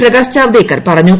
പ്രകാശ്ജാവ്ദേക്കർ പറഞ്ഞു